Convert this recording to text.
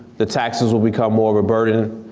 the taxes will become more of a burden.